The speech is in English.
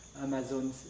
Amazon